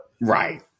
Right